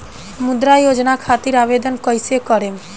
मुद्रा योजना खातिर आवेदन कईसे करेम?